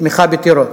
בתמיכה בטרור.